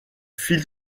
fil